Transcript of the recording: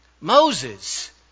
Moses